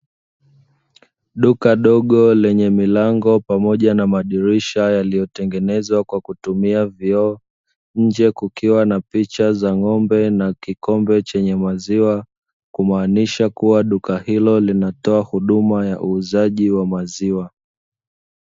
Duka dogo lenye milango pamoja na madirisha yaliyotengenezwa kwa kutumia vioo, nje kukiwa na picha za ng'ombe na kikombe chenye maziwa, kumanisha kuwa duka hilo linatoa huduma ya uuzaji wa maziwa.